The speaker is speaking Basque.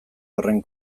horren